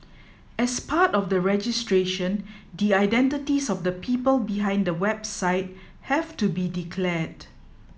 as part of the registration the identities of the people behind the website have to be declared